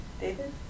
David